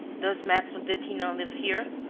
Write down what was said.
does maitre detinan live here?